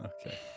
Okay